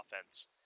offense